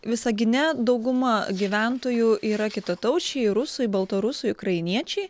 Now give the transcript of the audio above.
visagine dauguma gyventojų yra kitataučiai rusai baltarusai ukrainiečiai